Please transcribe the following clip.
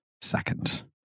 second